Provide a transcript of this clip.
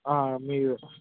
మీదే